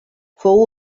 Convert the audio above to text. fou